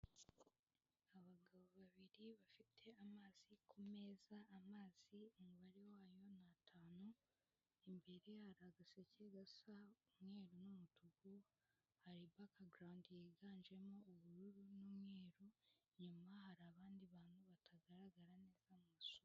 Abagabo babiri bafite amazi ku meza, amazi umubare wayo ni atanu, imbere hari agaseke gasa umweru n'umutuku, hari bakagarawundi yiganjemo ubururu n'umweru, inyuma hari abandi bantu batagaragara neza.